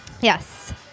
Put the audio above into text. Yes